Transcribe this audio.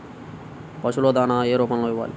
పశువుల దాణా ఏ రూపంలో ఇవ్వాలి?